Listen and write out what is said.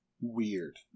weird